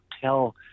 tell